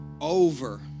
over